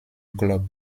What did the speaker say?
club